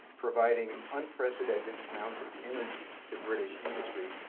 providing unprecedented amounts of energy to british industry.